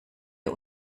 ihr